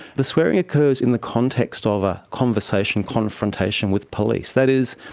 the swearing occurs in the context ah of a conversation, confrontation with police. that is,